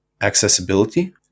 accessibility